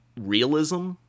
realism